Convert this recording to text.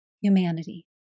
humanity